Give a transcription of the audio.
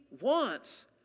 wants